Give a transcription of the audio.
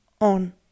on